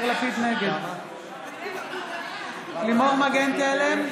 נגד לימור מגן תלם,